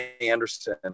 anderson